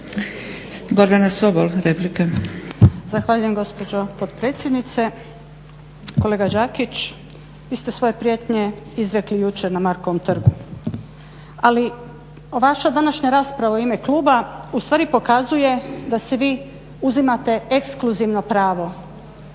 Gordana Sobol, replika.